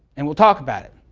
and we'll talk about it.